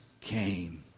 came